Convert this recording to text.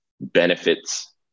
benefits